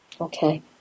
Okay